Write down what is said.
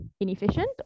inefficient